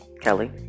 Kelly